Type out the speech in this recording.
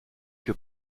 que